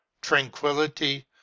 tranquility